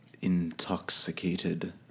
intoxicated